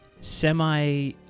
semi